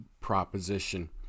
proposition